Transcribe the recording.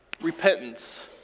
repentance